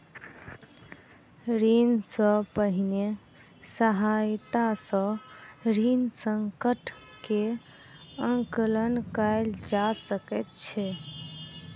ऋण सॅ पहिने सहायता सॅ ऋण संकट के आंकलन कयल जा सकै छै